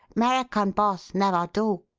merican boss never do.